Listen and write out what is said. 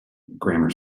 grammar